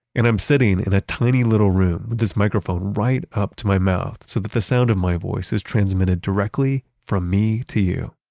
and i'm sitting in a tiny little room with this microphone right up to my mouth so that the sound of my voice is transmitted directly from me to you.